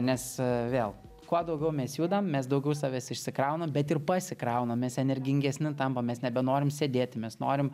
nes vėl kuo daugiau mes judam mes daugiau savęs išsikraunam bet ir pasikraunam mes energingesni tampam mes nebenorime sėdėti mes norim